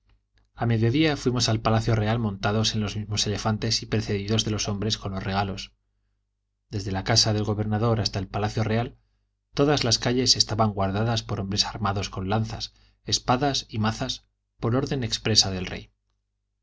a mediodía fuimos al palacio real montados en los mismos elefantes y precedidos de los hombres con los regalos desde la casa del gobernador hasta el palacio real todas las calles estaban guardadas por hombres armados con lanzas espadas y mazas por orden expresa del rey